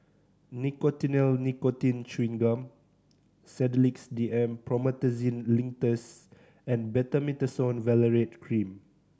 Nicotinell Nicotine Chewing Gum Sedilix D M Promethazine Linctus and Betamethasone Valerate Cream